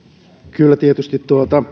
kyllä tietysti